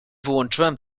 wyłączyłem